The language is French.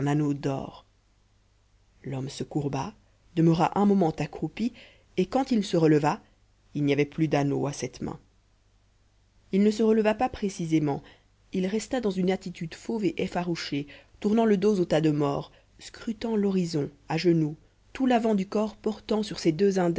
d'or l'homme se courba demeura un moment accroupi et quand il se releva il n'y avait plus d'anneau à cette main il ne se releva pas précisément il resta dans une attitude fauve et effarouchée tournant le dos au tas de morts scrutant l'horizon à genoux tout l'avant du corps portant sur ses deux